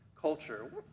culture